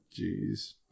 Jeez